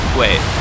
wait